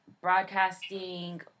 broadcasting